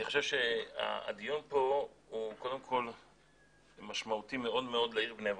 אני חושב שהדיון פה הוא קודם כל משמעותי מאוד מאוד לעיר בני ברק,